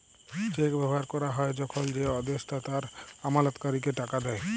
check ব্যবহার ক্যরা হ্যয় যখল যে আদেষ্টা তার আমালতকারীকে টাকা দেয়